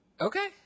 okay